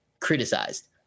criticized